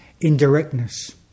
indirectness